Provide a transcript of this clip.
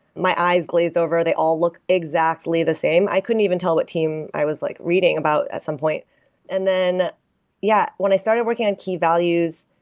my eyes glazed over. they all look exactly the same. i couldn't even tell the team i was like reading about at some point and then yeah, when i started working at key values,